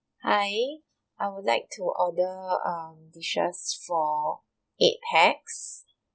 hi I would like to order um dishes for eight pax